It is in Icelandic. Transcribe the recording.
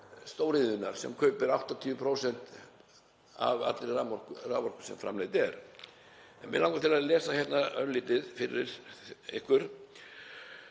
stóriðjunnar sem kaupir 80% af allri raforku á raforku sem framleidd er. Mig langar til að lesa hérna örlítið fyrir ykkur,